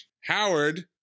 Howard